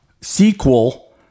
sequel